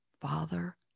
father